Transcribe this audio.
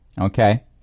Okay